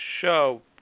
show